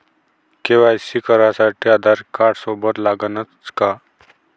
KYC करासाठी आधारकार्ड सोबत लागनच का?